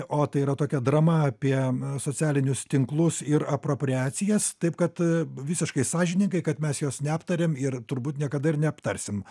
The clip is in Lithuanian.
o tai yra tokia drama apie socialinius tinklus ir apropriacijas taip kad visiškai sąžiningai kad mes jos neaptarėm ir turbūt niekada ir neaptarsim